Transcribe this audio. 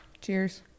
Cheers